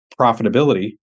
profitability